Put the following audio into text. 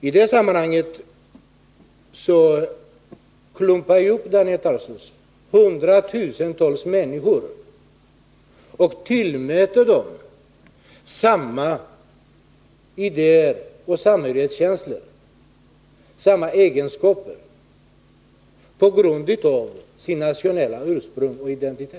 Därvid klumpar Daniel Tarschys ihop hundratusentals människor och tillmäter dem samma idéer och samhörighetskänslor, samma egenskaper, på grund av deras nationella ursprung och identitet.